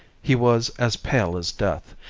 he was as pale as death,